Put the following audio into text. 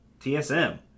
TSM